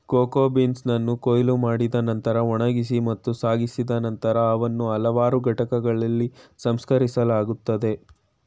cocoa ಬೀನ್ಸನ್ನು ಕೊಯ್ಲು ಮಾಡಿದ ನಂತ್ರ ಒಣಗಿಸಿ ಮತ್ತು ಸಾಗಿಸಿದ ನಂತರ ಅವನ್ನು ಹಲವಾರು ಘಟಕಗಳಲ್ಲಿ ಸಂಸ್ಕರಿಸಲಾಗುತ್ತದೆ